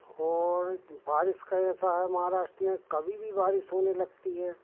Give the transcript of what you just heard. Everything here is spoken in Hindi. और बारिश का ऐसा है महाराष्ट्र में कभी भी बारिश होने लगती है